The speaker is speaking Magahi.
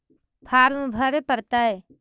फार्म भरे परतय?